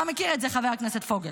אתה מכיר את זה, חבר הכנסת פוגל.